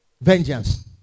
Vengeance